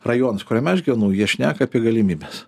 rajonas kuriam aš gyvenu jie šneka apie galimybes